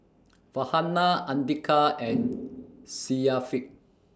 Farhanah Andika and Syafiq